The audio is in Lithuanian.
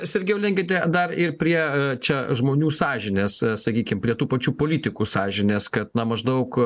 sergejau lenkiate dar ir prie čia žmonių sąžinės sakykim prie tų pačių politikų sąžinės kad na maždaug